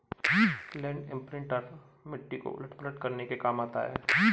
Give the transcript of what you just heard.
land imprinter मिट्टी को उलट पुलट करने के काम आता है